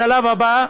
השלב הבא,